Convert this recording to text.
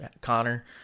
Connor